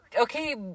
okay